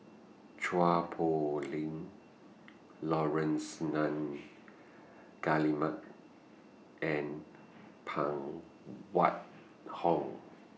Chua Poh Leng Laurence Nunns Guillemard and Phan Wait Hong